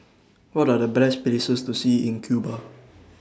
What Are The Best Places to See in Cuba